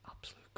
absolute